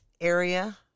area